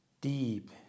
deep